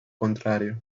contrario